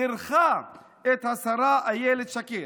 בירכה את השרה אילת שקד.